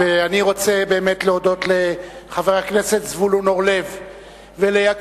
אני רוצה באמת להודות לחבר הכנסת זבולון אורלב וליקירנו,